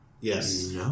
Yes